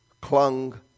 clung